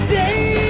day